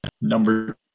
Number